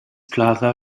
plaza